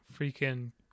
freaking